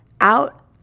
Out